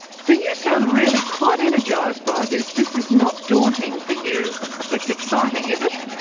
so you sound really quite energised by this. this is not daunting for you it's exciting, is it?